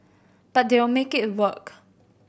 but they make it work